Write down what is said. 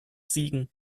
siegen